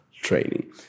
training